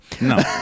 No